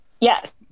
Yes